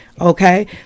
Okay